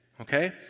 Okay